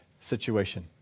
situation